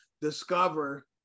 discover